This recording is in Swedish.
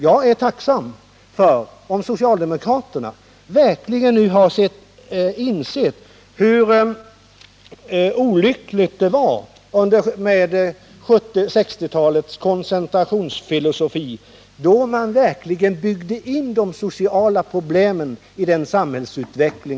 Jag är tacksam om socialdemokraterna nu verkligen har insett hur olyckligt det var med 1960-talets koncentrationsfilosofi. I det koncentrerade samhället byggdes de sociala problemen in.